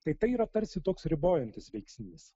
tai tai yra tarsi toks ribojantis veiksnys